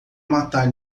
matar